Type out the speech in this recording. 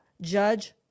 Judge